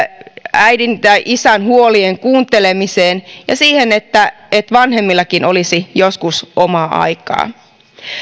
äidin tai isän huolien kuuntelemiseen ja siihen että vanhemmillakin olisi joskus omaa aikaa